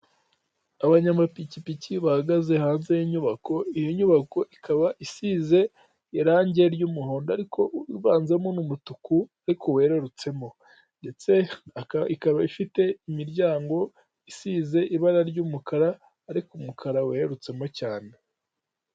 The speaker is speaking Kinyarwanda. Abanyamapikipiki bahagaze hanze y'inyubako, iyo nyubako ikaba isize irangi ry'umuhondo, ariko uvanzamo n'umutuku ariko werarutsemo, ndetse ikaba ifite imiryango isize ibara ry'umukara ariko umukara werutsemo cyane.